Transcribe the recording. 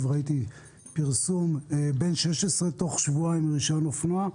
וראיתי פרסום האומר בן 16 תוך שבועיים עם רישיון אופנוע.